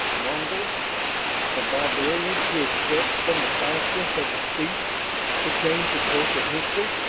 mongols the barbarians who had swept from the fastness of the steppes to change the course of history,